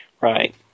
Right